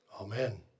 Amen